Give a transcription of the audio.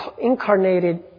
incarnated